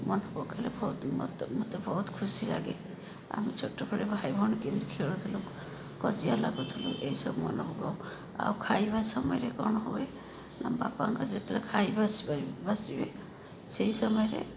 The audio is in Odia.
ମନେ ପକାଇଲେ ବହୁତ ମୋତେ ମୋତେ ବହୁତ ଖୁସି ଲାଗେ ଆମେ ଛୋଟ ବେଳେ ଭାଇ ଭଉଣୀ କେମିତି ଖେଳୁଥିଲୁ କଜିଆ ଲାଗୁଥିଲୁ ଏଇସବୁ ମନେ ପକାଉ ଆଉ ଖାଇବା ସମୟରେ କ'ଣ ହୁଏ ନା ବାପାଙ୍କର ଯେତେବେଳେ ଖାଇବା ଆସିପାରି ବାସିବେ ସେହି ସମୟରେ